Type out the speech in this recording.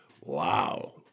Wow